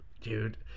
dude